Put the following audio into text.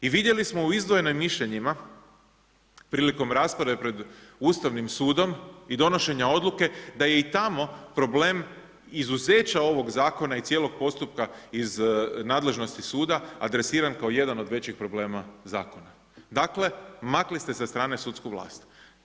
I vidjeli smo u izdvojenim mišljenjima prilikom rasprave pred Ustavnim sudom i donošenja odluke da je i tamo problem izuzeća ovog zakona i cijelog postupka iz nadležnosti suda adresiran kao jedan od većih problema zakona, dakle makli ste sa strane sudsku vlast.